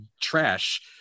trash